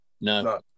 no